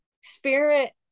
Spirit